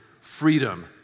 freedom